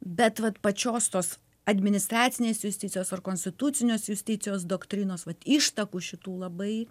bet vat pačios tos administracinės justicijos ar konstitucinės justicijos doktrinos vat ištakų šitų labai